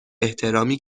احترامی